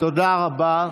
תודה רבה.